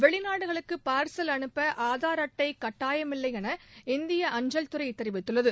வெளிநாடுகளுக்கு பாா்சல் அனுப்ப ஆதாா் அட்டை கட்டாயமில்லை என இந்திய அஞ்சல் துறை தெரிவித்துள்ளது